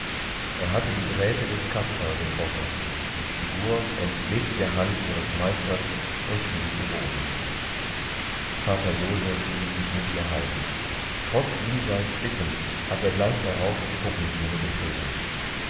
er hatte die drähte des kasperl getroffen die figur entglitt der hand ihres meisters und fiel zu boden vater joseph ließ sich nicht mehr halten trotz liseis bitten hat er gleich darauf die puppenbühne betreten